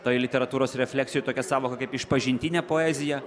tai literatūros refleksijų tokia sąvoka kaip išpažintinę poeziją